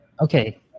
okay